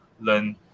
learn